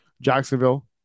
Jacksonville